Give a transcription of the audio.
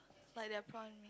like their prawn